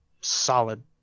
solid